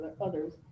others